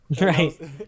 Right